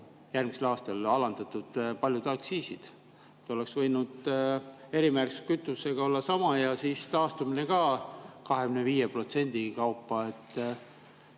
järgmisel aastal alandatud paljud aktsiisid. Oleks võinud erimärgistusega kütusega olla sama ja siis taastumine ka 25% kaupa.